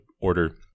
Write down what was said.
order